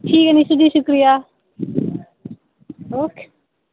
ठीक ऐ निशु जी शुक्रिया ओके